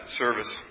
service